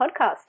podcast